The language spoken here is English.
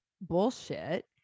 bullshit